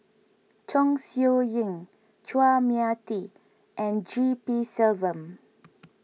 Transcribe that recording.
Chong Siew Ying Chua Mia Tee and G P Selvam